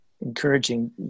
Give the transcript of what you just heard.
encouraging